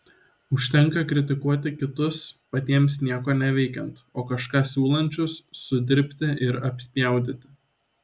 užtenka kritikuoti kitus patiems nieko neveikiant o kažką siūlančius sudirbti ir apspjaudyti